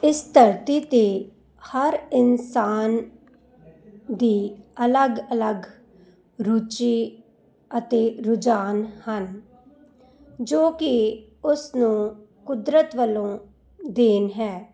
ਇਸ ਧਰਤੀ 'ਤੇ ਹਰ ਇਨਸਾਨ ਦੀ ਅਲੱਗ ਅਲੱਗ ਰੁਚੀ ਅਤੇ ਰੁਝਾਨ ਹਨ ਜੋ ਕਿ ਉਸਨੂੰ ਕੁਦਰਤ ਵੱਲੋਂ ਦੇਣ ਹੈ